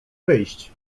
wyjść